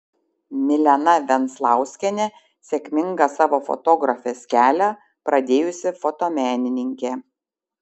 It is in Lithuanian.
milena venclauskienė sėkmingą savo fotografės kelią pradėjusi fotomenininkė